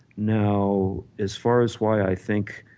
now as far as why i think